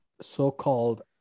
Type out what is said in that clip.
so-called